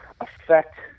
affect